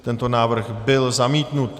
Tento návrh byl zamítnut.